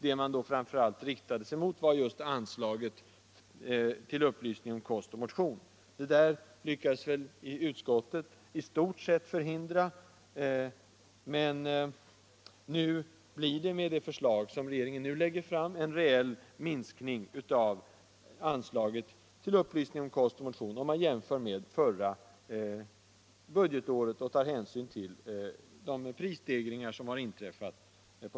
Vad man då framför allt riktade sig mot var just anslaget till upplysning om kost och motion. Det lyckades utskottet i stort sett förhindra, men med det förslag som regeringen nu lägger fram blir det en rejäl minskning av anslaget till upplysning om kost och motion, om man jämför med förra budgetåret och tar hänsyn till de prisstegringar som har inträffat.